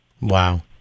Wow